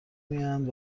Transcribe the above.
میآیند